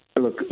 Look